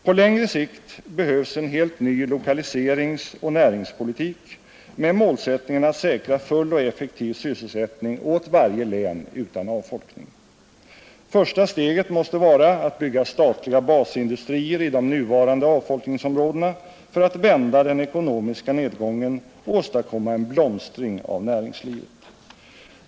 På längre sikt behövs en helt ny lokaliseringsoch näringspolitik med målsättningen att säkra full och effektiv sysselsättning åt varje län utan avfolkning. Första steget måste vara att bygga statliga basindustrier i de nuvarande avfolkningsområdena för att vända den ekonomiska nedgången och åstadkomma en blomstring av näringslivet.